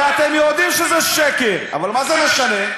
הרי אתם יודעים שזה שקר, אבל מה זה משנה?